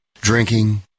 Drinking